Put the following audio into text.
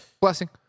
Blessing